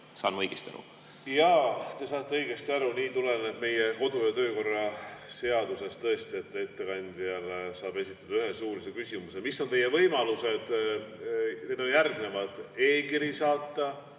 Kadastik, palun! Jaa, te saate õigesti aru. Nii tuleneb meie kodu- ja töökorra seadusest tõesti, et ettekandjale saab esitada ühe suulise küsimuse. Mis on teie võimalused? Need on järgnevad: e-kiri saata,